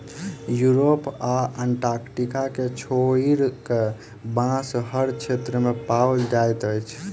Europe आ Antarctica के छोइड़ कअ, बांस हर क्षेत्र में पाओल जाइत अछि